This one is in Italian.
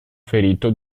ferito